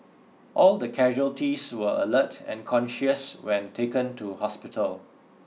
all the casualties were alert and conscious when taken to hospital